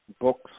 books